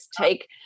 take